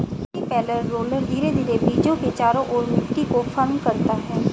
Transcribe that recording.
cultipacker roller धीरे धीरे बीजों के चारों ओर मिट्टी को फर्म करता है